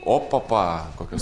opapa kokios